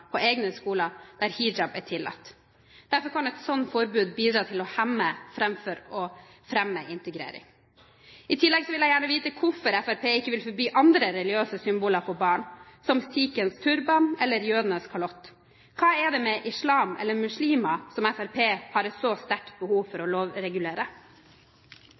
på egne skoler der hijab er tillatt. Derfor kan et slikt forbud bidra til å hemme framfor å fremme integrering. I tillegg vil jeg gjerne vite hvorfor Fremskrittspartiet ikke vil forby andre religiøse symboler på barn, som sikhenes turban eller jødenes kalott. Hva er det med islam eller muslimer som Fremskrittspartiet har et så sterkt behov for å lovregulere?